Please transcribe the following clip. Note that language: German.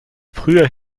früher